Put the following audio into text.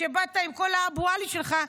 שבאת עם כל האבו עלי שלך,